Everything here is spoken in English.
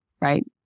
right